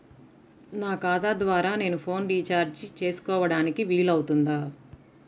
నా ఖాతా ద్వారా నేను ఫోన్ రీఛార్జ్ చేసుకోవడానికి వీలు అవుతుందా?